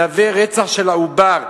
מהווה רצח של העובר,